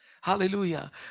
Hallelujah